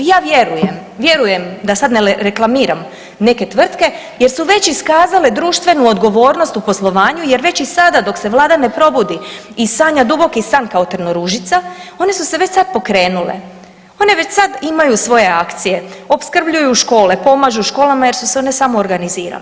Ja vjerujem, vjerujem da sad ne reklamiram neke tvrtke, jer su već iskazale društvenu odgovornost u poslovanju jer već i sada dok se Vlada ne probudi i sanja duboki san kao Trnoružica, one su se već sad pokrenule, one već sad imaju svoje akcije, opskrbljuju škole, pomažu školama jer su se one samoorganizirale.